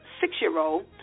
six-year-old